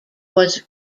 was